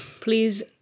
please